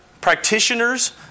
practitioners